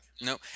No